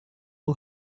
who